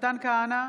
מתן כהנא,